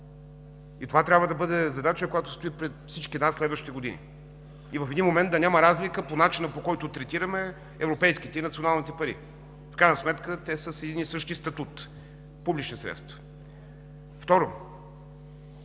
Това трябва да бъде задача, която стои пред всички нас през следващите години. В един момент да няма разлика в начина, по който третираме европейските и националните пари. В крайна сметка те са с един и същи статут – публични средства. Второ,